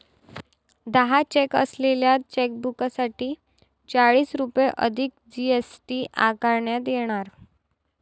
दहा चेक असलेल्या चेकबुकसाठी चाळीस रुपये अधिक जी.एस.टी आकारण्यात येणार